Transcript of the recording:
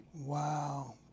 Wow